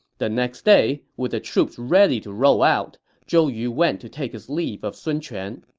the next day, with the troops ready to roll out, zhou yu went to take his leave of sun quan